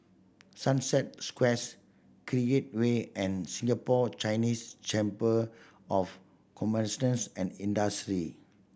Sunset Squares Create Way and Singapore Chinese Chamber of and Industry